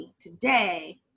today